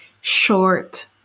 short